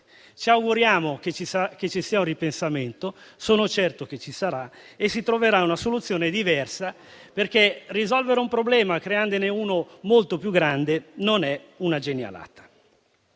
Ci auguriamo che ci sia un ripensamento. Sono certo che ci sarà e che si troverà una soluzione diversa, perché risolvere un problema creandone uno molto più grande non è una trovata